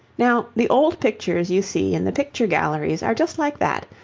now, the old pictures you see in the picture galleries are just like that,